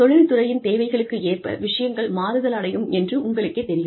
தொழில்துறையின் தேவைகளுக்கு ஏற்ப விஷயங்கள் மாறுதலடையும் என்று உங்களுக்கே தெரியும்